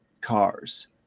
cars